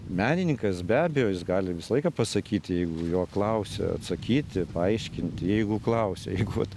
menininkas be abejo jis gali visą laiką pasakyti jeigu jo klausia atsakyti paaiškinti jeigu klausia jeigu vat